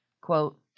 Quote